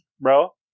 bro